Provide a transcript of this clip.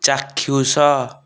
ଚାକ୍ଷୁଷ